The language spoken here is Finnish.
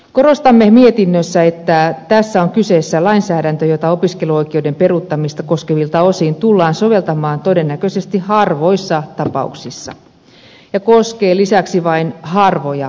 korostamme mietinnössä että tässä on kyseessä lainsäädäntö jota opiskeluoikeuden peruuttamista koskevilta osin tullaan soveltamaan todennäköisesti harvoissa tapauksissa ja joka koskee lisäksi vain harvoja koulutuksia